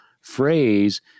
phrase